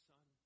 Son